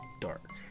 dark